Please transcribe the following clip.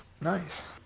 Nice